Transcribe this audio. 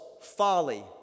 folly